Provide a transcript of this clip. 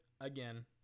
again